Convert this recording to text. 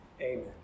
Amen